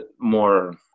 more